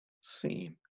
seen